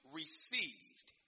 received